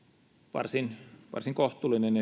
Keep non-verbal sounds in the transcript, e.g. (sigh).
varsin varsin kohtuullinen (unintelligible)